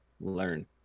learn